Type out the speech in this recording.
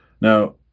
Now